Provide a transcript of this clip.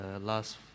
last